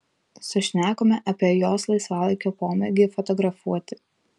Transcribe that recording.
sušnekome apie jos laisvalaikio pomėgį fotografuoti